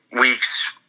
weeks